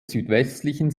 südwestlichen